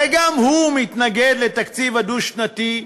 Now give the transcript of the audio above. הרי גם הוא מתנגד לתקציב הדו-שנתי,